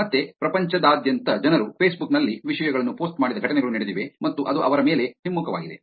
ಮತ್ತೆ ಪ್ರಪಂಚದಾದ್ಯಂತ ಜನರು ಫೇಸ್ಬುಕ್ ನಲ್ಲಿ ವಿಷಯಗಳನ್ನು ಪೋಸ್ಟ್ ಮಾಡಿದ ಘಟನೆಗಳು ನಡೆದಿವೆ ಮತ್ತು ಅದು ಅವರ ಮೇಲೆ ಹಿಮ್ಮುಖವಾಗಿದೆ